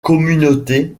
communauté